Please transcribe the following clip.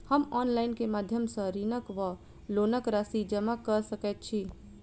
हम ऑनलाइन केँ माध्यम सँ ऋणक वा लोनक राशि जमा कऽ सकैत छी?